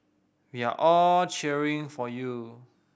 we are all cheering for you